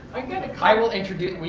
i will introduce.